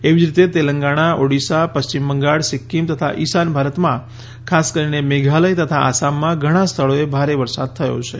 એવી જ રીતે તેલંગણા ઓડીશા પશ્ચિમ બંગાળ સિક્કીમ તથા ઈશાન ભારતમાં ખાસ કરીને મેઘાલય તથા આસામમાં ઘણા સ્થળોએ ભારે વરસાદ થયો છે